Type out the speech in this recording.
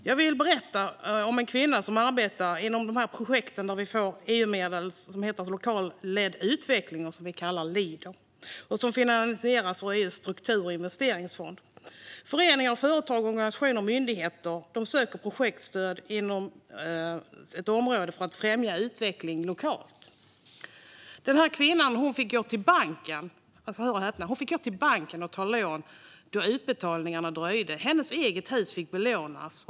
Jag vill berätta om en kvinna som arbetar inom ett projekt som tilldelades EU-medel, lokalt ledd utveckling, kallad Leader, som finansierades ur EU:s struktur och investeringsfonder. Föreningar, företag, organisationer och myndigheter söker projektstöd inom ett område för att främja utveckling lokalt. Men hör och häpna! Denna kvinna fick gå till banken och ta lån eftersom utbetalningarna dröjde. Hon fick belåna sitt eget hus.